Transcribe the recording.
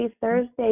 Thursday